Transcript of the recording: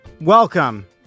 Welcome